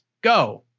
Go